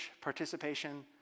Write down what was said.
participation